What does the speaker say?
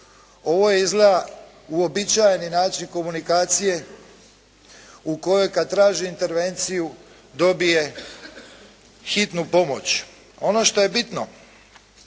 Ovo je izgleda uobičajeni način komunikacije u kojoj kad traži intervenciju dobije hitnu pomoć. Ono što je bitno